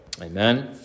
Amen